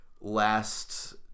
Last